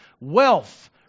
wealth